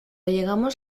llegamos